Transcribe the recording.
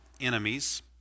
Enemies